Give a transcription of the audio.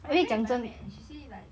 my friend in bio med~ and she say like